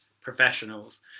professionals